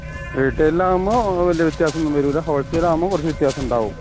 റീറ്റെയിലാകുമ്പോൾ അത് വലിയ വ്യത്യാസം ഒന്നും വരൂല ഹോൾസെയിലാകുമ്പോൾ കുറച്ച് വ്യതാസം ഉണ്ടാവും